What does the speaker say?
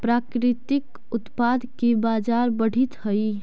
प्राकृतिक उत्पाद के बाजार बढ़ित हइ